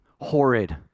horrid